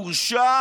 הורשע